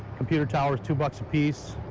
computer towers two bucks a piece.